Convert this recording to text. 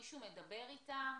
מישהו מדבר איתם?